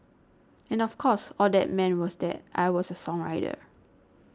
and of course all that meant was that I was a songwriter